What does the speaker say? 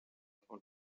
found